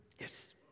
Yes